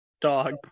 Dog